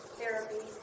therapy